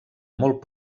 molt